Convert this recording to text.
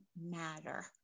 matter